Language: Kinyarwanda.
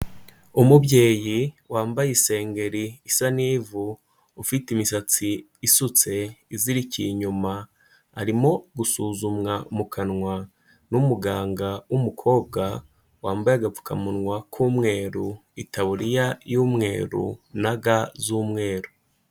Umubyeyi wambaye isengeri isa n'ivu, ufite imisatsi isutse izirikiye inyuma, arimo gusuzumwa mu kanwa n'umuganga w'umukobwa, wambaye agapfukamunwa k'umweru, itaburiya y'umweru na ga z'umweru.